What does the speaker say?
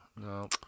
no